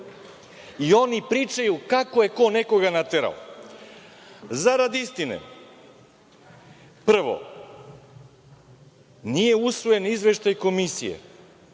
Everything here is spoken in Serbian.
I oni pričaju kako je ko nekoga naterao. Zarad istine, prvo, nije usvojen izveštaj Komisije